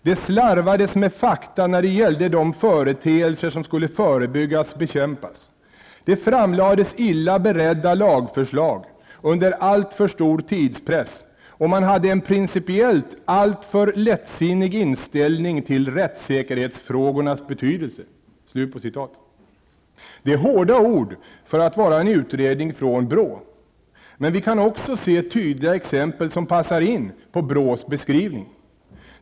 Det slarvades med fakta när det gällde de företeelser som skulle förebyggas/bekämpas, det framlades illa beredda lagförslag under alltför stor tidspress och man hade en principiellt alltför lättsinnig inställning till rättssäkerhetsfrågornas betydelse.'' Det är hårda ord för att vara en utredning från BRÅ. Men vi kan också se tydliga exempel som passar in på BRÅs beskrivning.